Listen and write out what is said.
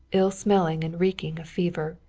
ill-smelling and reeking of fever.